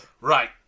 Right